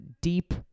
deep